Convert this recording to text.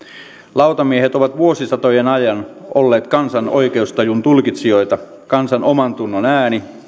lautamiehet ovat vuosisatojen ajan olleet kansan oikeustajun tulkitsijoita kansan omantunnon ääni